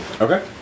Okay